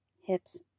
hips